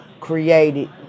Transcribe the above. created